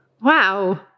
Wow